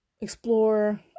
explore